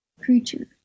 creature